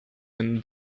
when